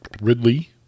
Ridley